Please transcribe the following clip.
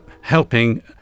helping